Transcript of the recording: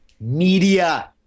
Media